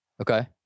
okay